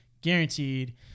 guaranteed